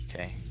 Okay